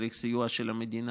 צריך סיוע של המדינה,